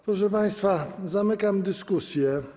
Proszę państwa, zamykam dyskusję.